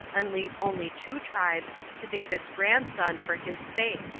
and leave only two tribes to david's grandson for his sake,